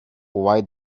why